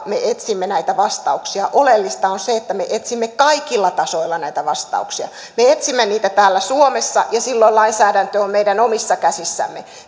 me etsimme näitä vastauksia oleellista on se että me etsimme kaikilla tasoilla näitä vastauksia me etsimme niitä täällä suomessa ja silloin lainsäädäntö on meidän omissa käsissämme